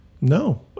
no